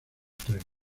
trenes